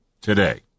today